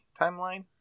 timeline